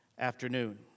Afternoon